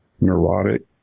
neurotic